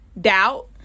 doubt